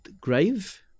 grave